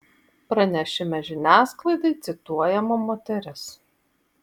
pranešime žiniasklaidai cituojama moteris